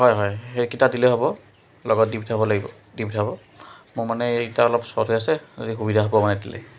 হয় হয় সেইকেইটা দিলে হ'ব লগত দি পঠাব লাগিব দি পঠাব মোৰ মানে এতিয়া অলপ শ্বৰ্ট হৈ আছে সুবিধা হ'ব মানে দিলেই